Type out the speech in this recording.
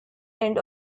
end